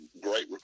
great